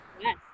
Yes